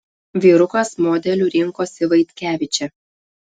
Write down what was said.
vyrukas modeliu rinkosi vaitkevičę